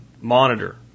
monitor